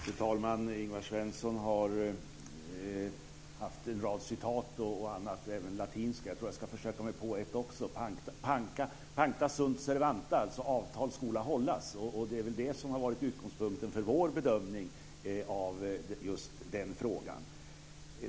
Fru talman! Ingvar Svensson har återgett en rad citat och annat, även latinska. Jag tror att jag också ska försöka mig på ett: Pacta sunt servanta - avtal skola hållas. Det är väl det som har varit utgångspunkten för vår bedömning av just denna fråga.